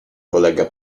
polega